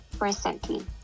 recently